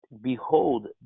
behold